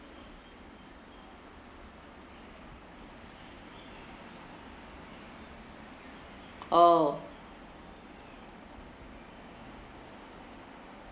oh